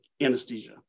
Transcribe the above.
anesthesia